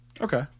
Okay